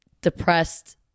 depressed